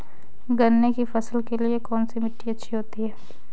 गन्ने की फसल के लिए कौनसी मिट्टी अच्छी होती है?